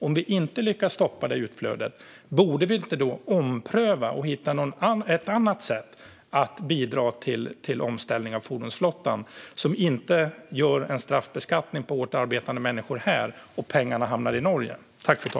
Borde vi då inte ompröva detta och hitta något annat sätt att bidra till omställningen av fordonsflottan som inte ger en straffbeskattning för hårt arbetande människor här och skickar pengarna till Norge?